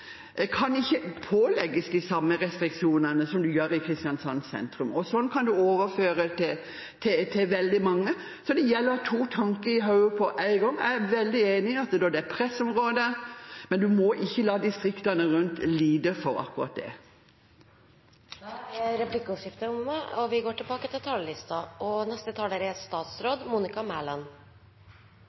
desentralisert, kan ikke pålegges de samme restriksjonene som man har i f.eks. Kristiansand sentrum. Og det kan overføres til veldig mange steder. Så det gjelder å ha to tanker i hodet på én gang. Jeg er veldig enig i at det er pressområder, men man må ikke la distriktene rundt lide for akkurat det. Replikkordskiftet er omme. Alle her i denne sal har minst én ting til felles, nemlig at vi